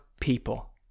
people